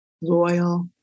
loyal